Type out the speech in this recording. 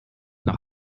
nach